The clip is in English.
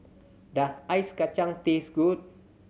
does Ice Kachang taste good